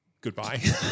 Goodbye